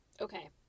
Okay